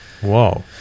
Whoa